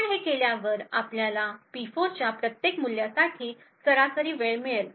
आपण हे केल्यावर आपल्याला P4 च्या प्रत्येक मूल्यासाठी सरासरी वेळ मिळेल